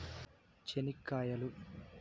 చెనిక్కాయలు